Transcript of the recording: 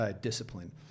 discipline